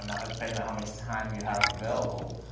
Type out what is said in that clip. um ah depending on how much time you have available,